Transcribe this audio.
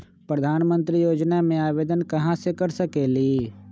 प्रधानमंत्री योजना में आवेदन कहा से कर सकेली?